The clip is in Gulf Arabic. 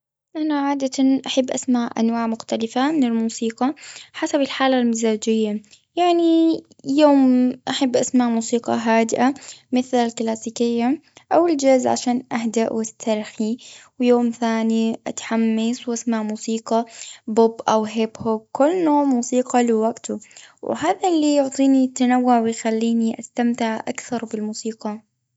أنا عادة أحب أسمع أنواع مختلفة من الموسيقى، حسب الحالة المزاجية. يعني يوم أحب أسمع موسيقى هادئة، مثل الكلاسيكية، أو الجاز، عشان اهداء وأسترخي. ويوم ثاني أتحمس وأسمع موسيقى بوب، أو هيب هوب. كل نوع موسيقى لوقته، وهذا اللي يعطيني التنوع ويخليني، أستمتع أكثر بالموسيقى.